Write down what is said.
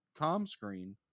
ComScreen